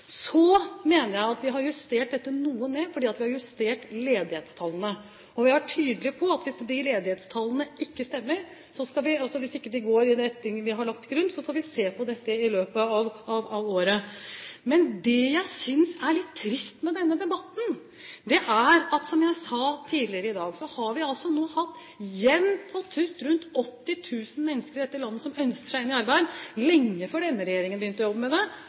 Så, mener jeg, har vi justert dette noe ned fordi vi har justert ledighetstallene, og vi har vært tydelige på at hvis de ledighetstallene ikke stemmer, hvis de ikke går i den retning vi har lagt til grunn, får vi se på dette i løpet av året. Men det jeg synes er litt trist med denne debatten, er: Som jeg sa tidligere i dag, har vi hatt jevnt og trutt rundt 80 000 mennesker i dette landet utenfor arbeidslivet som ønsker seg inn i arbeid, lenge før denne regjeringen begynte å jobbe med det,